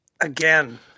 again